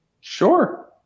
Sure